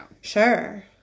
Sure